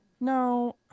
no